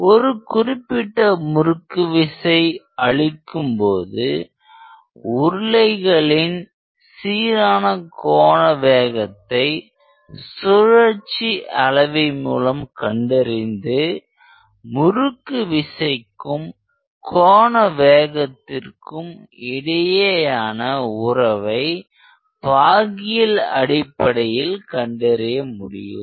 ஒரு குறிப்பிட்ட முறுக்குவிசை அளிக்கும்போது உருளைகளின் சீரான கோண வேகத்தை சுழற்சி அளவி மூலம் கண்டறிந்து முறுக்கு விசைக்கும் கோண வேகத்திற்கும் இடையேயான உறவை பாகியல் அடிப்படையில் கண்டறிய முடியும்